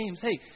Hey